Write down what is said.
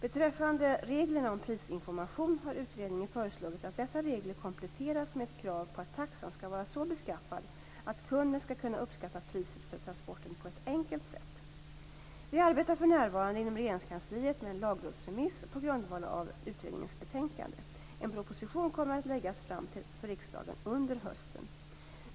Utredningen har föreslagit att reglerna om prisinformation kompletteras med ett krav på att taxan skall vara så beskaffad att kunden skall kunna uppskatta priset för transporten på ett enkelt sätt. Vi arbetar för närvarande inom Regeringskansliet med en lagrådsremiss på grundval av utredningens betänkande. En proposition kommer att läggas fram för riksdagen under hösten.